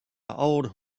old